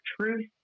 truth